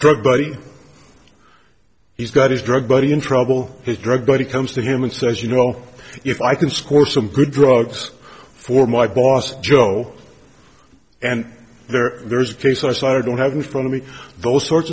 drug buddy he's got his drug buddy in trouble his drug goody comes to him and says you know if i can score some good drugs for my boss joe and there there is a case or so i don't have in front of me those sorts